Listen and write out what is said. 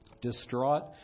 Distraught